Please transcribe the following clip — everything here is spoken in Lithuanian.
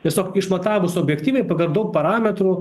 tiesiog išmatavus objektyviai pagal daug parametrų